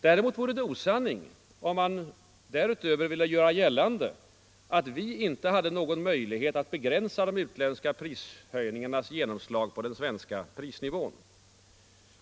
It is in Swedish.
Däremot vore det osanning, om man därutöver ville göra gällande att vi inte hade någon möjlighet att begränsa de utländska prishöjningarnas genomslag på den svenka prisnivån.